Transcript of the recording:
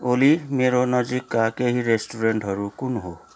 ओली मेरो नजिकका केही रेस्टुरेन्टहरू कुन हो